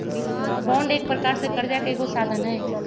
bond एक प्रकार से करजा के एगो साधन हइ